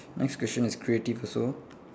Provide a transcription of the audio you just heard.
next question is creative also